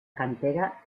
cantera